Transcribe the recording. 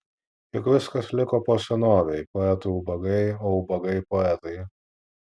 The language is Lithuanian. juk viskas liko po senovei poetai ubagai o ubagai poetai